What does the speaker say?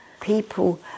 People